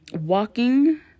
walking